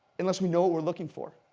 unless we know what we're looking for.